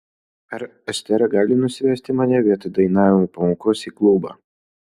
ar estera gali nusivesti mane vietoj dainavimo pamokos į klubą